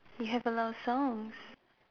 you have a lot of songs